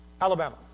Alabama